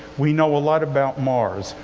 we know a lot about mars.